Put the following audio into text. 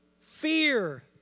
fear